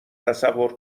تصور